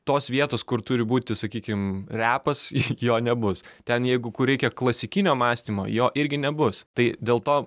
tos vietos kur turi būti sakykim repas jo nebus ten jeigu kur reikia klasikinio mąstymo jo irgi nebus tai dėl to